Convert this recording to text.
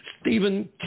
Stephen